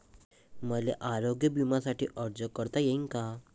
मले आरोग्य बिम्यासाठी अर्ज करता येईन का?